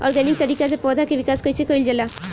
Organic तरीका से पौधा क विकास कइसे कईल जाला?